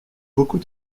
beaucoup